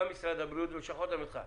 גם משרד הבריאות ולשכות המסחר,